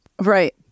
Right